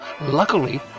Luckily